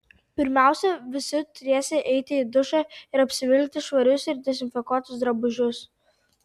pirmiausia visi turėsią eiti į dušą ir apsivilkti švarius ir dezinfekuotus drabužius